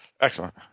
Excellent